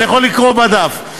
אני יכול לקרוא בדף.